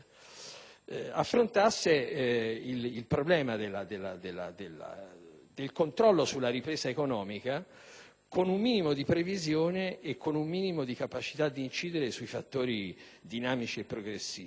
affrontasse il problema del controllo sulla ripresa economica con un minimo di previsione e di capacità di incidere sui fattori dinamici e progressivi.